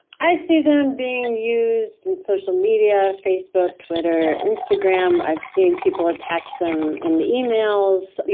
i see them being used in social media, facebook, twitter, instagram. i've seen people attach them in emails,